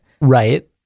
Right